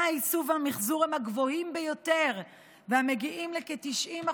האיסוף והמחזור הם גבוהים ביותר ומגיעים לכ-90%.